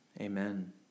Amen